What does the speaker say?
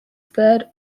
third